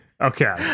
Okay